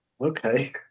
Okay